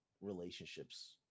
relationships